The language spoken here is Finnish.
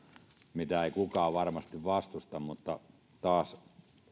mitä ei kukaan varmasti vastusta mutta taas